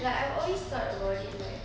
like I've always thought about it like